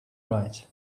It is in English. right